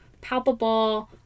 palpable